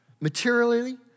materially